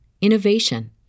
innovation